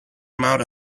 amount